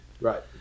Right